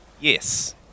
Yes